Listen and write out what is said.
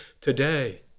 today